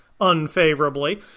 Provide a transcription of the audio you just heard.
unfavorably